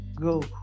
Go